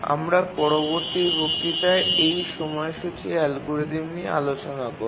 আমরা পরবর্তী বক্তৃতায় এই সময়সূচী অ্যালগরিদম নিয়ে আলোচনা করব